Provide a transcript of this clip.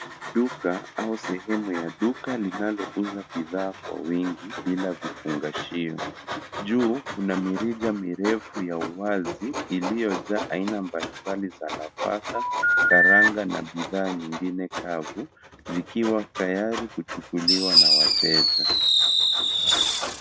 Duka au sehemu ya duka linalouza bidhaa kwa wingi bila vifungashio. Juu, kuna mirija mirefu ya wazi iliyojaa aina mbalimbali za nafaka, karanga na bidhaa nyingine kavu, zikiwa tayari kuchukuliwa na wateja.